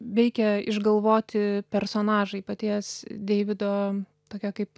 veikia išgalvoti personažai paties deivido tokia kaip